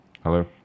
Hello